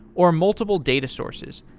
or multiple data sources.